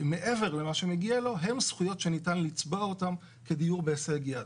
מעבר למה שמגיע לו הן זכויות שניתן לצבוע אותן כדיור בהישג יד.